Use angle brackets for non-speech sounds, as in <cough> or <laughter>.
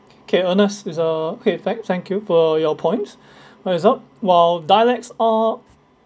okay ernest is the okay thank thank you for your points <breath> what's up while dialects are